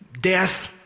death